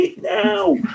Now